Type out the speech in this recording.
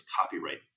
copyright